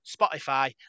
Spotify